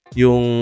yung